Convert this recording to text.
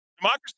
Democracy